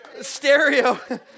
Stereo